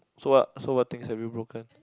so what so what things have you broken